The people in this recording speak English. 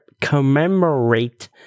commemorate